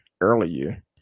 earlier